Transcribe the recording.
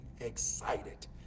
excited